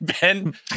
Ben